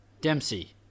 Dempsey